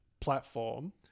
platform